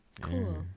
cool